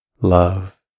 love